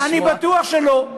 אני בטוח שלא.